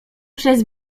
przez